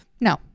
no